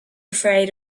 afraid